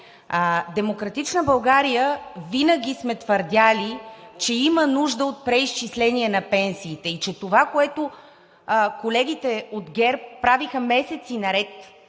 „Демократична България“ винаги сме твърдели, че има нужда от преизчисление на пенсиите и че това, което колегите от ГЕРБ правиха месеци наред